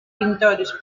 pintores